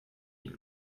ihn